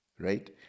right